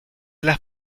las